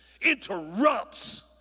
interrupts